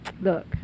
look